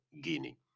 Guinea